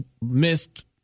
missed